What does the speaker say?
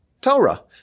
Torah